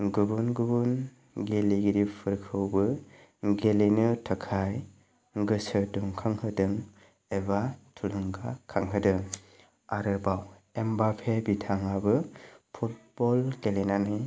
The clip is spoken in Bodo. गुबुन गुबुन गेलेगिरिफोरखौबो गेलेनो थाखाय गोसो दुंखां होदों एबा थुलुंगा खांहोदों आरोबाव एमबापे बिथाङाबो फुटबल गेलेनानै